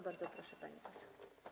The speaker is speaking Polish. Bardzo proszę, pani poseł.